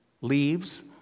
Leaves